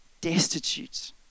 destitute